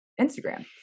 Instagram